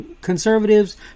conservatives